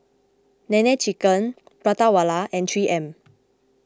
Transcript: Nene Chicken Prata Wala and three M